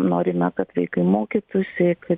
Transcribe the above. norime kad vaikai mokytųsi